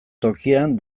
tokian